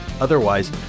otherwise